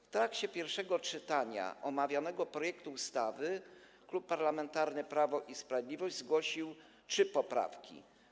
W trakcie pierwszego czytania omawianego projektu ustawy Klub Parlamentarny Prawo i Sprawiedliwość zgłosił trzy poprawki.